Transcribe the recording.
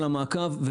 על המעקב.